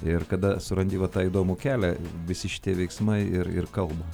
ir kada surandi va tą įdomų kelią visi šitie veiksmai ir ir kalba